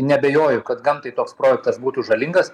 neabejoju kad gamtai toks projektas būtų žalingas